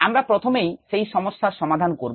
আমরা প্রথমেই সেই সমস্যার সমাধান করব